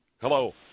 Hello